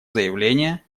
заявление